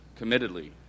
committedly